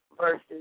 versus